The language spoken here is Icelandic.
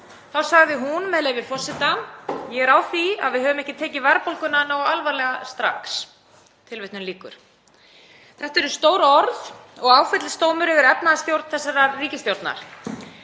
Þá sagði hún, með leyfi forseta: „Ég er á því að við höfum ekki tekið verðbólguna nógu alvarlega strax.“ Þetta eru stór orð og áfellisdómur yfir efnahagsstjórn þessarar ríkisstjórnar.